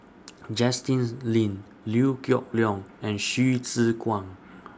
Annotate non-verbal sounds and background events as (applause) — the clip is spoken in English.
(noise) Justin Lean Liew Geok Leong and Hsu Tse Kwang